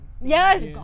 Yes